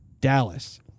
Dallas